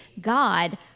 God